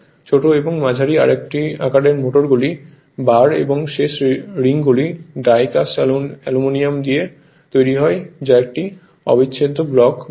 ছোট এবং মাঝারি আকারের মোটরগুলিতে বার এবং শেষ রিংগুলি ডাই কাস্ট অ্যালুমিনিয়াম দিয়ে তৈরি হয় যা একটি অবিচ্ছেদ্য ব্লক বলে